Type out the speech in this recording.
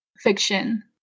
fiction